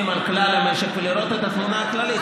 על כלל המשק ולראות את התמונה הכללית.